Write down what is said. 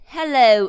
Hello